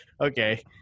okay